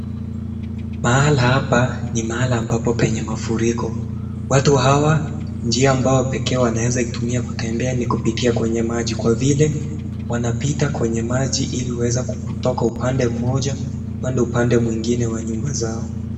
Pahala hapa, ni mahali ambapo penye mafuriko. Watu hawa, njia ambao pekee wanaweza itumia kutembea ni kupitia kwenye maji. Kwa vile, wanapita kwenye maji ile waweze kutoka upande mmoja kwenda upande mwingine wa nyumba zao.